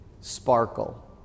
sparkle